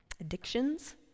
addictions